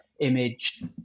image